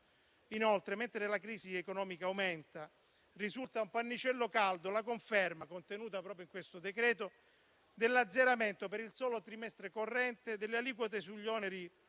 Inoltre, mentre la crisi economica aumenta, risulta un pannicello caldo la conferma, contenuta proprio in questo decreto, dell'azzeramento per il solo trimestre corrente delle aliquote sugli oneri